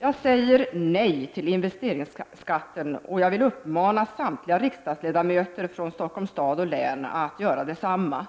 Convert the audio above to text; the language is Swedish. Jag säger nej till investeringsskatten, och jag vill uppmana samtliga riksdagsledamöter från Stockholms stad och län att göra detsamma